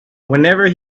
whenever